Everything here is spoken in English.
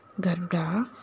Garuda